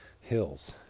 hills